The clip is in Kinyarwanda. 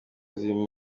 amakipe